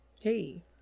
Hey